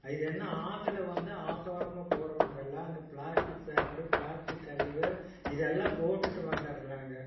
அ இது என்ன ஆற்றுல வந்து ஆற்றோரமா போகிறவங்கெல்லாம் அந்த பிளாட்டிக் பேப்பரு பிளாட்டிக் கழிவு இது எல்லாம் போட்டுவிட்டு வந்துடுறாங்க